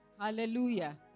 Hallelujah